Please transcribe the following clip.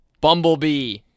Bumblebee